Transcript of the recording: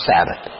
Sabbath